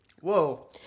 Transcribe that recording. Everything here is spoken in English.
Whoa